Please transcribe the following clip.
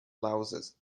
louses